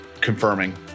Confirming